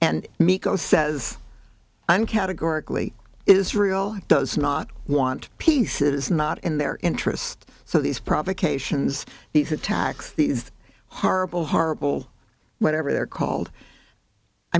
and mico says i'm categorically israel does not want peace it is not in their interest so these provocations these attacks these horrible horrible whatever they're called i